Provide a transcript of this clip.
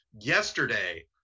yesterday